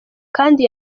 kandi